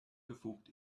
befugt